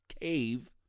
cave